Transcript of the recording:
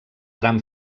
tram